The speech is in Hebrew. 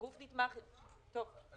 גוף נתמך- -- אתם תסבירו.